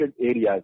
areas